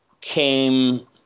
came